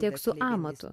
tiek su amatu